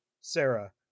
Sarah